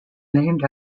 named